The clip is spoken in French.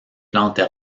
plantes